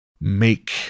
make